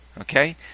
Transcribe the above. Okay